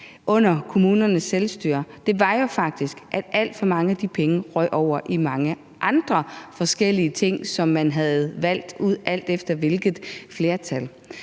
under kommunernes selvstyre, var jo faktisk, at alt for mange af de penge røg over i mange andre forskellige ting, som man havde valgt, alt efter hvilket flertal